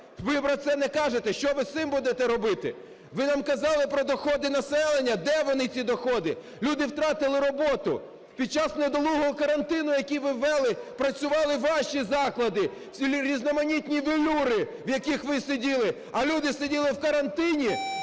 Ви про це не кажете. Що ви з цим будете робити? Ви нам казали про доходи населення. Де вони ці доходи? Люди втратили роботу. Під час недолугого карантину, який ви ввели, працювали ваші заклади, різноманітні "велюри", в яких ви сиділи, а люди сиділи в карантині